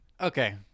Okay